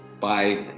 Bye